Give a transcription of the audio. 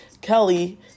Kelly